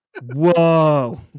Whoa